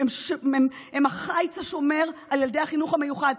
הן החיץ השומר על ילדי החינוך המיוחד.